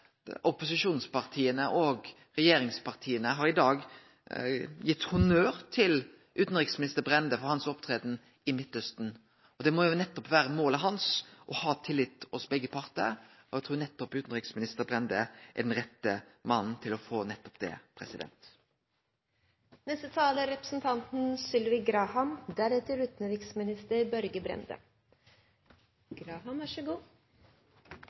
opposisjonspartia og regjeringspartia i dag har gitt honnør til utanriksminister Brende for hans måte å opptre på i Midtausten. Å ha tillit hos begge partar må jo vere målet hans, og eg trur nettopp utanriksministeren Brende er den rette mannen til å få det.